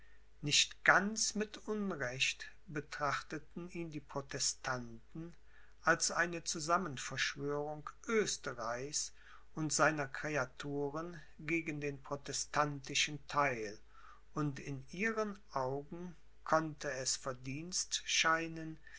nicht ganz mit unrecht betrachteten ihn die protestanten als eine zusammenverschwörung oesterreichs und seiner kreaturen gegen den protestantischen theil und in ihren augen konnte es verdienst scheinen